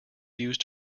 used